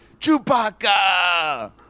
Chewbacca